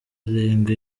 irenga